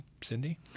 Cindy